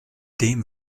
dem